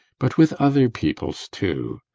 but with other people's too.